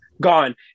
gone